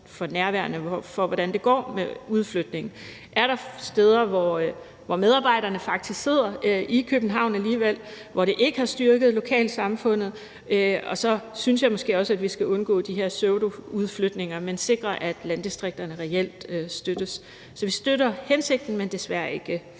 for nærværende på, hvordan det går med udflytning. Er der steder, hvor medarbejderne faktisk sidder i København alligevel, og hvor det ikke har styrket lokalsamfundet? Og så synes jeg måske også, at vi skal undgå de her pseudoudflytninger, men sikre, at landdistrikterne reelt støttes. Så vi støtter hensigten, men desværre ikke forslaget.